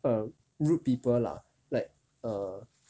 err rude people lah like err